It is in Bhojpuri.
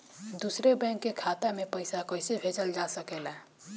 दूसरे बैंक के खाता में पइसा कइसे भेजल जा सके ला?